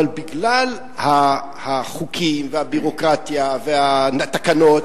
אבל בגלל החוקים והביורוקרטיה והתקנות,